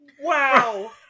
Wow